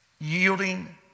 yielding